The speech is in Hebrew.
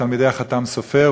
תלמידי החת"ם סופר.